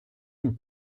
and